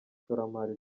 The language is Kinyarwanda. ishoramari